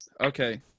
Okay